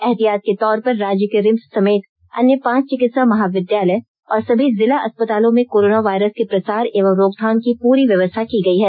एहतियात के तौर पर राज्य के रिम्स समेत अन्य पांच चिकित्सा महाविद्यालय और सभी जिला अस्पतालों में कोरोना वायरस के प्रसार एवं रोकथाम की पूरी व्यवस्था की गई है